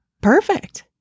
perfect